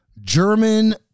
German